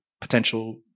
potential